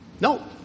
No